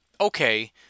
Okay